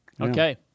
Okay